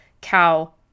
cow